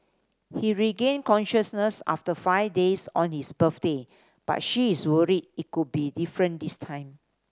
he regained consciousness after five days on his birthday but she is worried it could be different this time